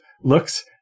looks